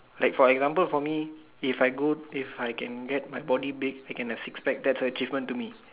like for example for me if I go if I can get my body big I can have six packs that's a achievement to me